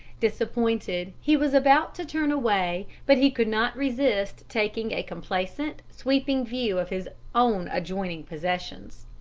disappointed, he was about to turn away, but he could not resist taking a complacent, sweeping view of his own adjoining possessions.